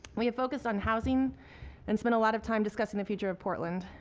we have focused on housing and spent a lot of time discussing the future of portland.